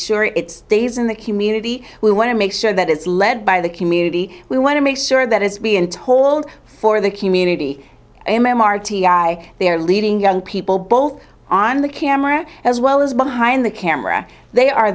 sure it stays in the community we want to make sure that it's led by the community we want to make sure that it's being told for the community and i'm r t i there leading young people both on the camera as well as behind the camera they are